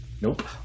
Nope